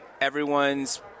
Everyone's